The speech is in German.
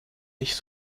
nicht